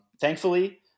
Thankfully